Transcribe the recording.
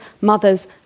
mother's